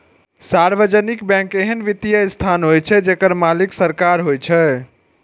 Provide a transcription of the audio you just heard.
सार्वजनिक बैंक एहन वित्तीय संस्थान होइ छै, जेकर मालिक सरकार होइ छै